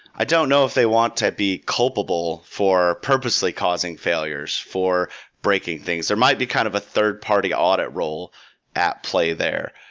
i don't know if they want to be culpable for purposely causing failures for breaking things. there might be kind of a third party audit role at play there.